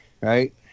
right